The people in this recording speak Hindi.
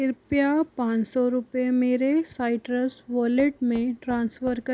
कृपया पाँच सौ रुपये मेरे साइट्रस वॉलेट में ट्रांसफ़र करें